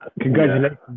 congratulations